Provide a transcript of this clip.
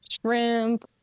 Shrimp